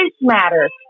matters